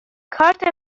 کارت